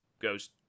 goes